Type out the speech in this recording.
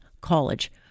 College